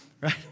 right